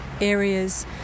areas